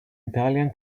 italian